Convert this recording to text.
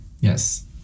Yes